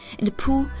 in the pool,